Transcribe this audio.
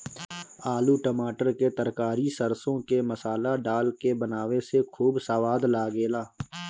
आलू टमाटर के तरकारी सरसों के मसाला डाल के बनावे से खूब सवाद लागेला